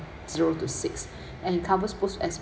zero to six and it covers both explicit